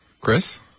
Chris